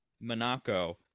Monaco